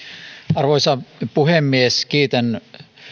arvoisa puhemies kiitän